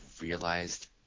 realized